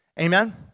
Amen